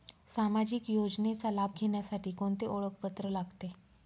सामाजिक योजनेचा लाभ घेण्यासाठी कोणते ओळखपत्र लागते?